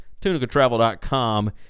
TunicaTravel.com